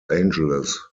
angeles